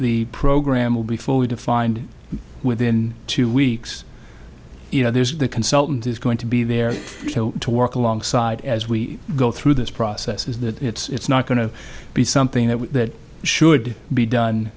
the program will be fully defined within two weeks you know there's the consultant is going to be there to work alongside as we go through this process is that it's not going to be something that should be done